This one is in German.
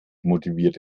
motiviert